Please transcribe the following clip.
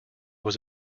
was